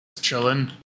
chilling